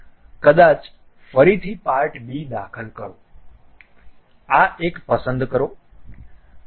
કદાચ ફરીથી part b દાખલ કરો આ એક પસંદ કરો